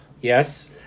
Yes